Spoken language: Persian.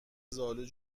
زالوئه